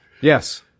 Yes